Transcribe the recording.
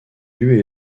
élu